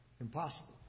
impossible